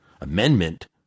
Amendment